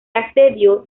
asedio